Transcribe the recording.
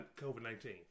COVID-19